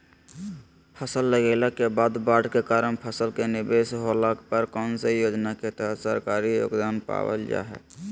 फसल लगाईला के बाद बाढ़ के कारण फसल के निवेस होला पर कौन योजना के तहत सरकारी योगदान पाबल जा हय?